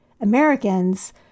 americans